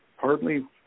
partly